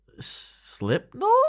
Slipknot